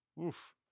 Oof